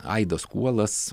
aidas kuolas